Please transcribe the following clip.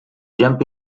jump